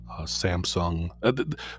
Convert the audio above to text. Samsung